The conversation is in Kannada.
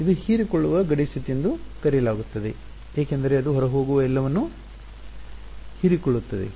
ಇದನ್ನು ಹೀರಿಕೊಳ್ಳುವ ಗಡಿ ಸ್ಥಿತಿ ಎಂದು ಕರೆಯಲಾಗುತ್ತದೆ ಏಕೆಂದರೆ ಅದು ಹೊರಹೋಗುವ ಎಲ್ಲವನ್ನೂ ಹೀರಿಕೊಳ್ಳುತ್ತದೆ